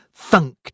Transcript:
thunked